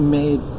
made